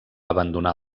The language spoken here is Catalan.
abandonar